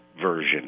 version